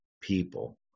people